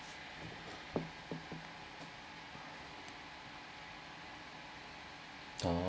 oh